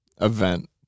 event